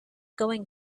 going